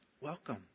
Welcome